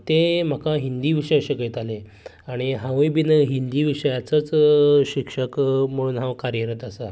ते म्हाका हिंदी विशय शिकयताले आनी हांवूय बीन हिंदी विशयाचोच शिक्षक म्हणून हांव कार्यरत आसा